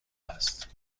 است